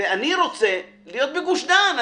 אני רוצה להיות בגוש דן.